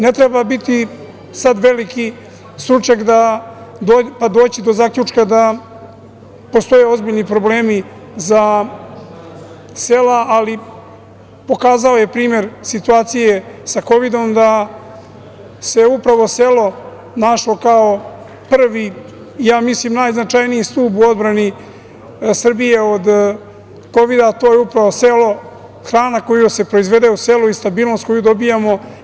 Ne treba biti sad veliki stručnjak, pa doći do zaključka da postoje ozbiljni problemi za sela, ali pokazao je primer situacije sa Kovidom da se upravo selo našlo kao prvi, ja mislim i najznačajniji, u odbrani Srbije od Kovida, a to je upravo selo, hrana koja se proizvodi u selu i stabilnost koju dobijamo.